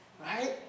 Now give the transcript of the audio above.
right